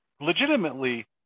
legitimately